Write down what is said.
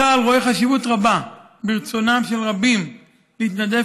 צה"ל רואה חשיבות רבה ברצונם של רבים להתנדב